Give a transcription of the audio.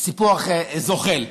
סיפוח זוחל.